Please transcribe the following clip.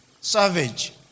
savage